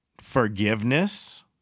forgiveness